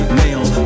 male